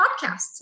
podcasts